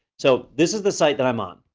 so this is the site that i'm on.